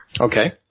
Okay